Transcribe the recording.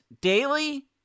daily